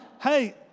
hey